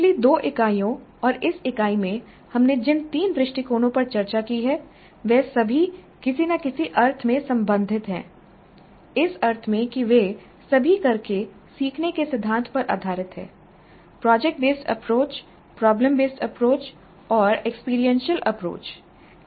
पिछली दो इकाइयों और इस इकाई में हमने जिन तीन दृष्टिकोणों पर चर्चा की है वे सभी किसी न किसी अर्थ में संबंधित हैं इस अर्थ में कि वे सभी करके सीखने के सिद्धांत पर आधारित हैं project based approach problem based approach और एक्सपीरियंशियल अप्रोच